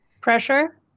pressure